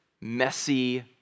messy